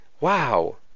Wow